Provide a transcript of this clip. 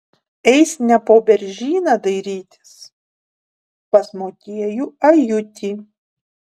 eis ne po beržyną dairytis pas motiejų ajutį